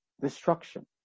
destruction